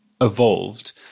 evolved